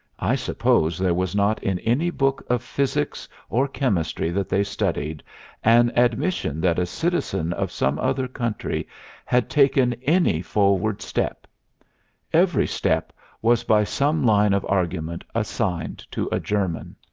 i suppose there was not in any book of physics or chemistry that they studied an admission that a citizen of some other country had taken any forward step every step was by some line of argument assigned to a german.